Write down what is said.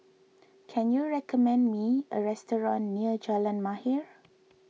can you recommend me a restaurant near Jalan Mahir